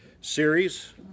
series